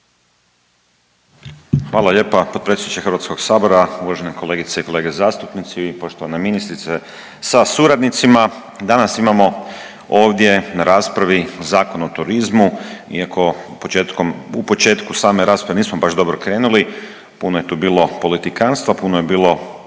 Hvala lijepa potpredsjedniče Hrvatskog sabora, uvažene kolegice i kolege zastupnici, poštovana ministrice sa suradnicima. Danas imamo ovdje na raspravi Zakon o turizmu. Iako u početku same rasprave nismo baš dobro krenuli, puno je tu bilo politikanstva, puno je bilo